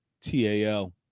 T-A-L